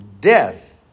death